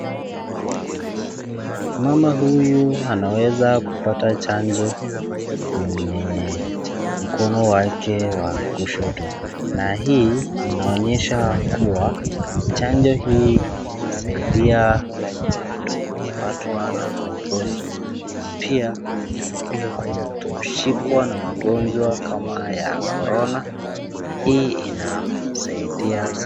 Mama huyu anaweza kupata chanjo kwenye mkono wake wa kushoto na hii inaonyesha kuwa chanjo hii inasaidia kutopatwa na magonjwa na pia kutoshikwa na magonjwa kama ya corona na hii inasaidia sana.